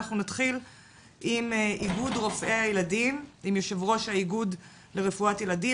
נתחיל עם יו"ר איגוד לרפואת ילדים,